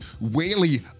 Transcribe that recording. whaley